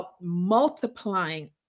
multiplying